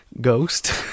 ghost